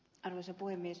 arvoisa puhemies